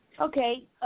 Okay